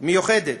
מיוחדת